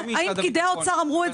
האם פקידי האוצר אמרו את זה?